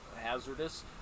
hazardous